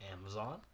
Amazon